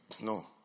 No